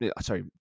Sorry